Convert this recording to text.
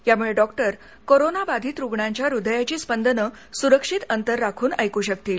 यामुळे doctor corona बाधित रुग्णाच्या हुदयाची स्पंदनं सुरक्षित अंतर राखून ऐकू शकतील